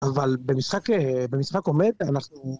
אבל במשחק עומד אנחנו...